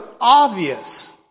obvious